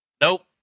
Nope